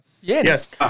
Yes